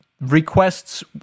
requests